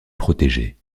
protégée